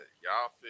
y'all